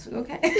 okay